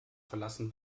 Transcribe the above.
verlassen